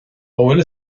bhfuil